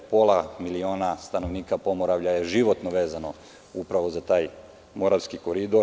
Pola miliona stanovnika Pomoravlja je životno vezano upravo za taj Moravski koridor.